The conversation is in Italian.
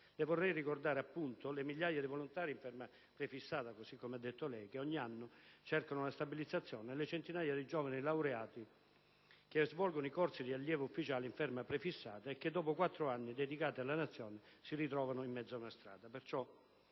Le vorrei ricordare, appunto, le migliaia di volontari in ferma prefissata - così come lei li ha definiti, signor Ministro - che ogni anno cercano una stabilizzazione e le centinaia di giovani laureati che frequentano i corsi di allievi ufficiali in ferma prefissata e che, dopo quattro anni dedicati alla Nazione, si ritrovano in mezzo a una strada.